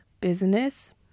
Business